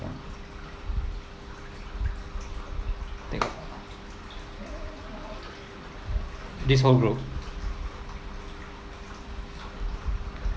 take this whole group